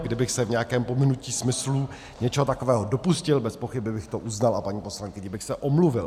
Kdybych se v nějakém pominutí smyslů něčeho takového dopustil, bezpochyby bych to uznal a paní poslankyni bych se omluvil.